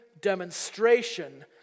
demonstration